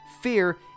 Fear